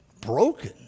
broken